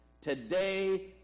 Today